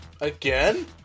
Again